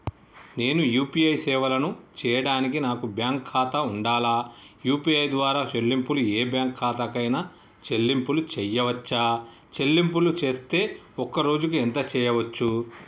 నేను యూ.పీ.ఐ సేవలను చేయడానికి నాకు బ్యాంక్ ఖాతా ఉండాలా? యూ.పీ.ఐ ద్వారా చెల్లింపులు ఏ బ్యాంక్ ఖాతా కైనా చెల్లింపులు చేయవచ్చా? చెల్లింపులు చేస్తే ఒక్క రోజుకు ఎంత చేయవచ్చు?